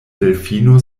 delfino